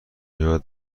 یاد